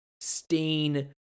stain